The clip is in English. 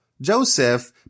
Joseph